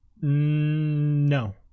no